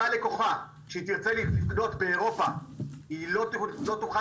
אותה לקוחה שתרצה לקנות באירופה לא תוכל